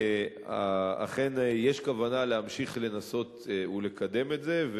אכן יש כוונה להמשיך לנסות ולקדם את זה,